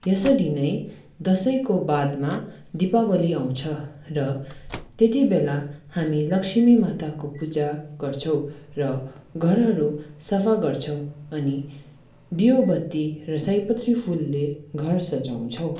यसरी नै दसैँको बादमा दीपावली आउँछ र त्यत्तिबेला हामी लक्ष्मी माताको पूजा गर्छौँ र घरहरू सफा गर्छौँ अनि दियो बत्ती र सयपत्री फुलले घर सजाउँछौँ